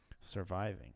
surviving